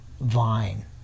Vine